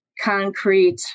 concrete